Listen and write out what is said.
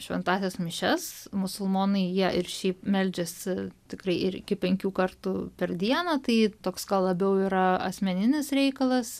šventąsias mišias musulmonai jie ir šiaip meldžiasi tikrai ir iki penkių kartų per dieną tai toks labiau yra asmeninis reikalas